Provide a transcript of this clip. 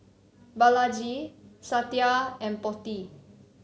Balaji Satya and Potti